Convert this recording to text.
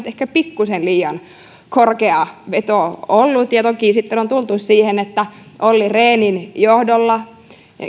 ehkä pikkuisen liian korkea veto ollut toki sitten on tultu siihen että olli rehnin johdolla